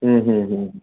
हूं हूं हूं